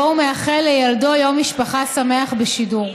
שבו הוא מאחל לילדו יום משפחה שמח בשידור.